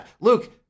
Luke